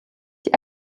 die